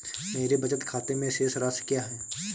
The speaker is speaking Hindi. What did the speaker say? मेरे बचत खाते में शेष राशि क्या है?